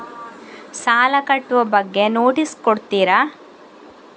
ಸಾಲ ಕಟ್ಟುವ ಬಗ್ಗೆ ನೋಟಿಸ್ ಕೊಡುತ್ತೀರ?